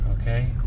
Okay